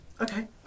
okay